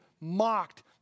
mocked